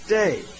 day